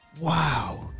Wow